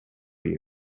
you